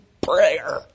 prayer